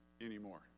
anymore